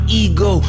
ego